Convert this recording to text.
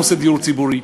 נושא הדיור הציבורי.